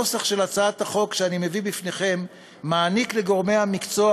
הנוסח של הצעת החוק שאני מביא בפניכם מעניק לגורמי המקצוע